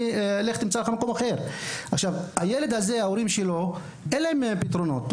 לך תמצא לך מקום אחר.״ להורי התלמיד הזה אין פתרון אחר,